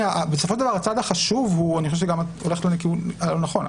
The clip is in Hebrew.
חושבת גם שאת הולכת לכיוון לא נכון.